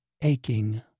aching